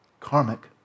Karmic